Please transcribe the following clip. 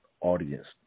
audience